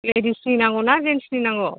लेडिसनि नांगौ ना जेन्सनि नांगौ